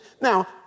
Now